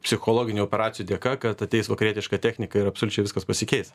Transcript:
psichologinių operacijų dėka kad ateis vakarietiška technika ir absoliučiai viskas pasikeis